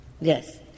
Yes